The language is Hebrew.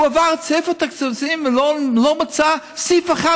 הוא עבר את ספר התקציבים ולא מצא סעיף אחד,